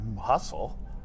hustle